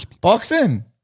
Boxing